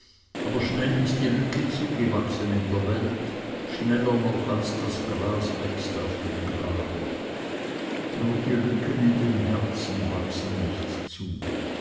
aber schnell ist die lücke zugewachsen in der welt schneller noch als das gras wächst auf dem grabe nur die lücken in den herzen wachsen nicht zu